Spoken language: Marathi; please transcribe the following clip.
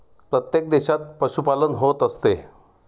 प्रत्येक देशात पशुपालन होत असते